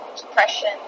depression